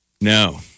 No